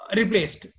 replaced